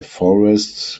forests